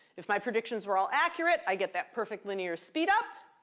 if my predictions were all accurate, i get that perfect linear speed-up.